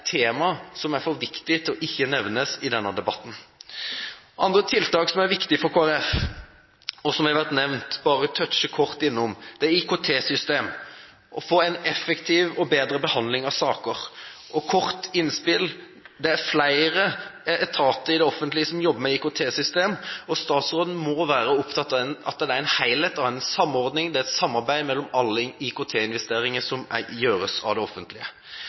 tema som er for viktig til ikke å nevnes i denne debatten. Andre tiltak som er viktige for Kristelig Folkeparti, og som har vært nevnt – jeg vil bare touche det kort – er IKT-systemer, å få en effektiv og bedre behandling av saker. Et kort innspill: Det er flere etater i det offentlige som jobber med IKT-systemer, og statsråden må være opptatt av at det er en helhet og en samordning, at det er et samarbeid mellom alle IKT-investeringer som